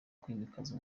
kwimakaza